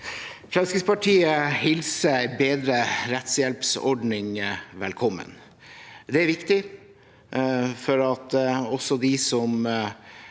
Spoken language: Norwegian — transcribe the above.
Fremskrittspartiet hilser en bedre rettshjelpsordning velkommen. Det er viktig for at også de som